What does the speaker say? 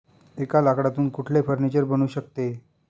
एका लाकडातून कुठले फर्निचर बनू शकते?